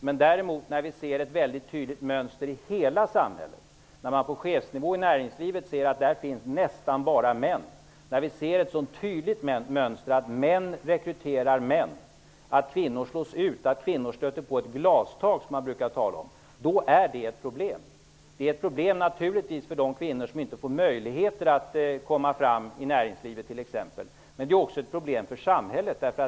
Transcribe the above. Men däremot är det ett problem när vi ser ett tydligt mönster i hela samhället. Det kan vara att på chefsnivå i näringslivet finns nästan bara män. Det är ett problem när vi ser ett tydligt mönster att män rekryterar män, att kvinnor slås ut och stöter på ett glastak. Det är ett problem när kvinnor inte får möjlighet att ta sig fram i näringslivet. Det är också ett problem för samhället.